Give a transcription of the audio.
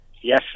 Yes